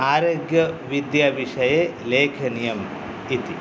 आरोग्यविद्याविषये लेखनीयम् इति